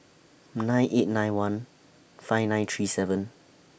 nine eight nine one five nine three seven